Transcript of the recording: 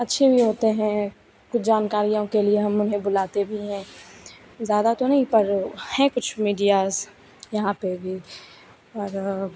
अच्छे भी होते हैं कुछ जानकारियों के लिए हम उन्हें बुलाते भी हैं ज़्यादा तो नहीं पर हैं कुछ मीडियास यहाँ पे भी और